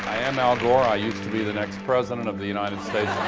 i am al gore, i used to be the next president of the united states